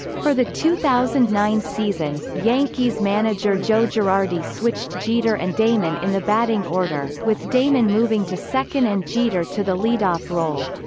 for the two thousand and nine season, yankees manager joe girardi switched jeter and damon in the batting order, with damon moving to second and jeter to the leadoff role.